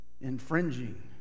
infringing